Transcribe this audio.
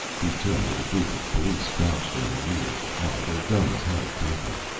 he turned to the group of police crouched in the rear of the car, their guns held tightly.